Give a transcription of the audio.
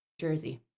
Jersey